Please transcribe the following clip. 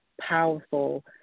powerful